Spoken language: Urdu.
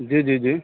جی جی جی